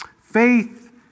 Faith